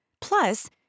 Plus